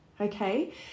okay